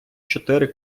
чотири